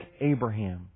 Abraham